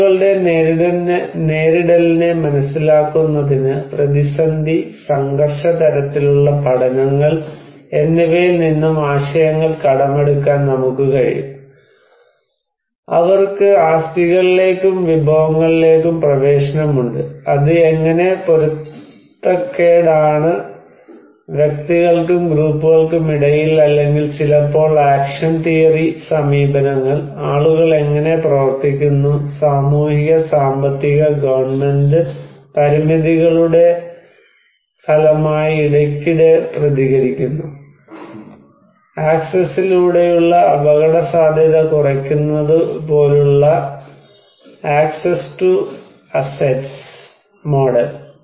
ആളുകളുടെ നേരിടലിനെ മനസിലാക്കുന്നതിന് പ്രതിസന്ധി സംഘർഷ തരത്തിലുള്ള പഠനങ്ങൾ എന്നിവയിൽ നിന്നും ആശയങ്ങൾ കടമെടുക്കാൻ നമുക്ക് കഴിയും അവർക്ക് ആസ്തികളിലേക്കും വിഭവങ്ങളിലേക്കും പ്രവേശനമുണ്ട് അത് എങ്ങനെ പൊരുത്തക്കേടാണ് വ്യക്തികൾക്കും ഗ്രൂപ്പുകൾക്കുമിടയിൽ അല്ലെങ്കിൽ ചിലപ്പോൾ ആക്ഷൻ തിയറി സമീപനങ്ങൾ ആളുകൾ എങ്ങനെ പ്രവർത്തിക്കുന്നു സാമൂഹിക സാമ്പത്തിക ഗവൺമെൻറ് പരിമിതികളുടെ ഫലമായി ഇടയ്ക്കിടെ പ്രതികരിക്കുന്നു ആക്സസ്സിലൂടെയുള്ള അപകടസാധ്യത കുറയ്ക്കുന്നതുപോലുള്ള അക്സസ്സ് ടു അസെറ്റ്സ് മോഡൽ